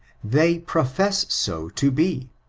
they proft ss so to be.